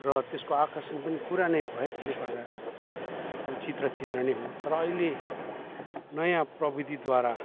र त्यसको आकर्षण पनि पुरानै भएकोले गर्दा अब चित्र चित्र नै हो तर अहिले नयाँ प्रविधिद्वारा